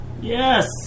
Yes